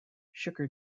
sugar